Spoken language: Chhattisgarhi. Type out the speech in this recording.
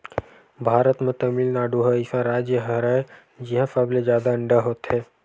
भारत म तमिलनाडु ह अइसन राज हरय जिंहा सबले जादा अंडा होथे